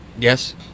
Yes